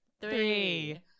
three